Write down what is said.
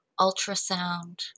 ultrasound